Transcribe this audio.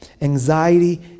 Anxiety